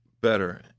better